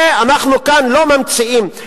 אנחנו כאן לא ממציאים.